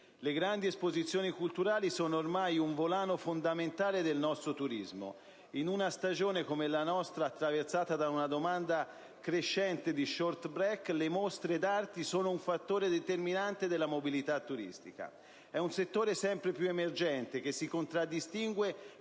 le grandi esposizioni culturali sono ormai un volano fondamentale del nostro turismo. In una stagione come la nostra, attraversata da una domanda crescente di *short break*, le mostre d'arte sono un fattore determinante della mobilità turistica. È un settore sempre più emergente che si contraddistingue